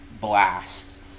Blast